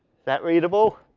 that readable?